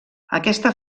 aquesta